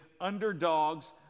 Underdogs